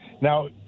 Now